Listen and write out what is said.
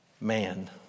man